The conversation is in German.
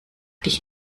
dich